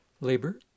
labor